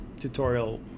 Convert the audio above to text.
tutorial